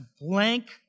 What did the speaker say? blank